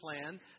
plan